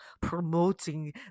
promoting